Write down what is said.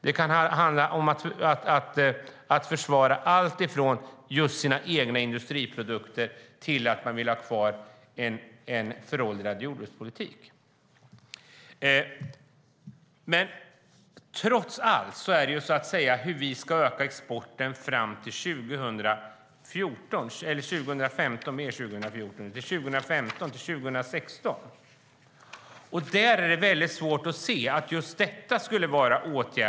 Det kan handla om att försvara sina egna industriprodukter eller att man vill ha kvar en föråldrad jordbrukspolitik. Trots allt gäller det hur vi ska öka exporten fram till 2015-2016.